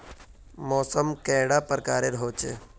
मौसम कैडा प्रकारेर होचे?